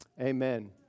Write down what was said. amen